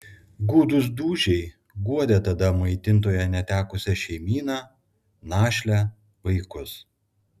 gūdūs dūžiai guodė tada maitintojo netekusią šeimyną našlę vaikus